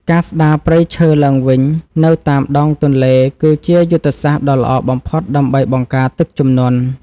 ការស្តារព្រៃឈើឡើងវិញនៅតាមដងទន្លេ គឺជាយុទ្ធសាស្ត្រដ៏ល្អបំផុតដើម្បីបង្ការទឹកជំនន់។